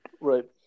Right